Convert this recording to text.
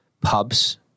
pubs